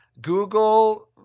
Google